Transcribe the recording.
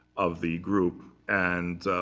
of the group. and